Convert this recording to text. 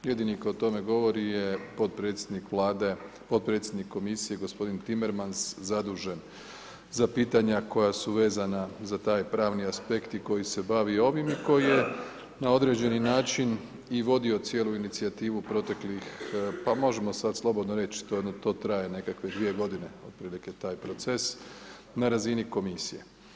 Jedini koji o tome govori je potpredsjednik Vlade, potpredsjednik Komisije gospodin Timmermans zadužen za pitanja koja su vezana za taj pravni aspekt i koji se bavi ovim i koji je na određeni način i vodio cijelu inicijativu proteklih, pa možemo sad slobodno reći, to traje nekakve 2 godine, otprilike taj proces na razini komisije.